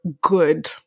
good